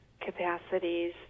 capacities